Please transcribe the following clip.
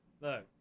Look